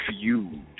feud